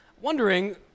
Wondering